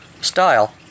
Style